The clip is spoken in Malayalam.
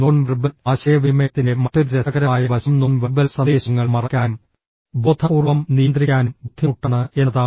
നോൺ വെർബൽ ആശയവിനിമയത്തിന്റെ മറ്റൊരു രസകരമായ വശം നോൺ വെർബൽ സന്ദേശങ്ങൾ മറയ്ക്കാനും ബോധപൂർവ്വം നിയന്ത്രിക്കാനും ബുദ്ധിമുട്ടാണ് എന്നതാണ്